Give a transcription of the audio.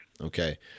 Okay